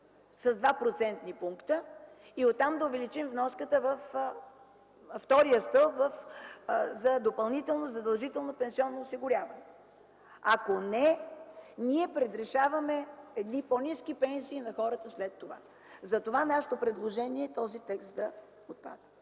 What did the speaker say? пункта и оттам да увеличим вноската във втория стълб за допълнително задължително пенсионно осигуряване? Ако не, ние предрешаваме едни по-ниски пенсии на хората след това. Затова нашето предложение е този текст да отпадне.